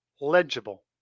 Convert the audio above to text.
legible